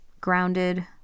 Grounded